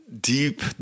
deep